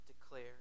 declare